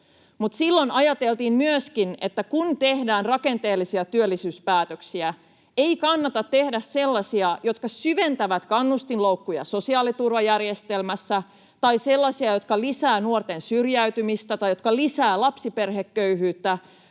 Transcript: silloin ajateltiin myöskin, että kun tehdään rakenteellisia työllisyyspäätöksiä, niin ei kannata tehdä sellaisia, jotka syventävät kannustinloukkuja sosiaaliturvajärjestelmässä, tai sellaisia, jotka lisäävät nuorten syrjäytymistä tai jotka lisäävät lapsiperheköyhyyttä,